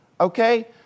okay